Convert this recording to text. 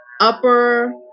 upper